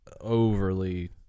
overly